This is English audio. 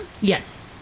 yes